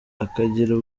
akagira